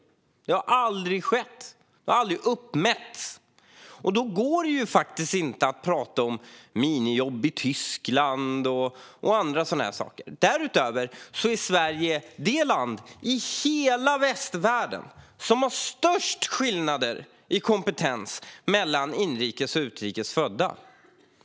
Det har aldrig skett. Det har aldrig uppmätts. Då går det faktiskt inte att prata om minijobb i Tyskland och andra sådana saker. Därutöver är Sverige det land i hela västvärlden som har störst skillnader i kompetens mellan inrikes födda och utrikes födda.